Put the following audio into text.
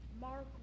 Mark